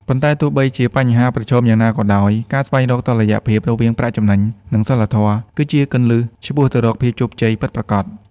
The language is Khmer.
ប៉ុន្តែ ទោះបីជាមានបញ្ហាប្រឈមយ៉ាងណាក៏ដោយ ការស្វែងរកតុល្យភាពរវាងប្រាក់ចំណេញ និងសីលធម៌ គឺជាគន្លឹះឆ្ពោះទៅរកភាពជោគជ័យពិតប្រាកដ។